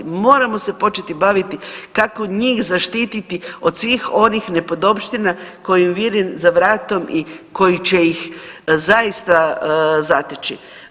Moramo se početi baviti kako njih zaštititi od svih onih nepodopština koje im vire za vratom i koje će ih zaista zateći.